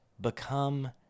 become